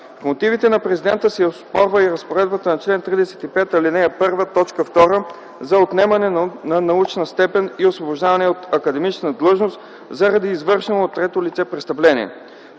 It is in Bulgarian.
В мотивите на президента се оспорва и разпоредбата по чл. 35, ал. 1, т. 2, за отнемане на научна степен и освобождаване от академична длъжност заради извършено от трето лице престъпление.